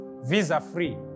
visa-free